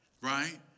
right